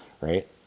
right